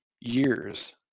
years